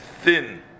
thin